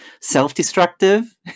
self-destructive